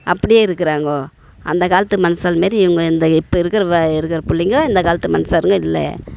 அப்படியே இருக்குறாங்க அந்த காலத்து மனுசாள் மாரி இவங்க இந்த இப்போ இருக்கிற இருக்கிற புள்ளைங்க இந்த காலத்து மன்சாளுங்க இல்லை